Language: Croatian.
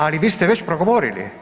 Ali vi ste već progovorili.